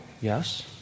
Yes